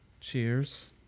cheers